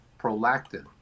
prolactin